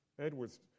Edwards